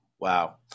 Wow